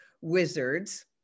wizards